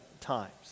times